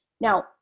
Now